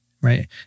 right